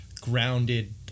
grounded